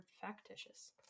factitious